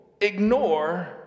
ignore